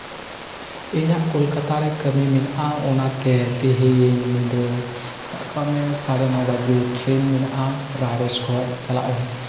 ᱤᱧᱟᱜ ᱠᱳᱞᱠᱟᱛᱟ ᱨᱮ ᱠᱟᱹᱢᱤ ᱢᱮᱱᱟᱜᱼᱟ ᱚᱱᱟᱛᱮ ᱛᱮᱦᱤᱧ ᱧᱤᱫᱟᱹ ᱥᱟᱵ ᱠᱟᱜ ᱢᱮ ᱥᱟᱬᱮ ᱱᱚ ᱵᱟᱡᱮ ᱴᱨᱮᱱ ᱢᱮᱱᱟᱜᱼᱟ ᱨᱟᱭᱜᱚᱸᱡᱽ ᱠᱷᱚᱡ ᱪᱟᱞᱟᱜ ᱟᱹᱧ